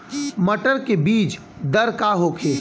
मटर के बीज दर का होखे?